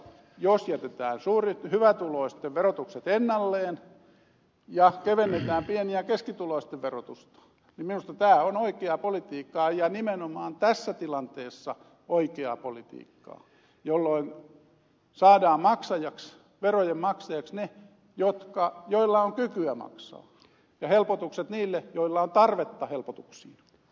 jos jätetään hyvätuloisten verotukset ennalleen ja kevennetään pieni ja keskituloisten verotusta niin minusta tämä on oikeaa politiikkaa ja nimenomaan tässä tilanteessa oikeaa politiikkaa jolloin saadaan verojen maksajiksi ne joilla on kykyä maksaa ja helpotukset niille joilla on tarvetta helpotuksiin